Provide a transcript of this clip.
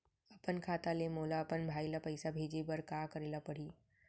अपन खाता ले मोला अपन भाई ल पइसा भेजे बर का करे ल परही?